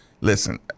Listen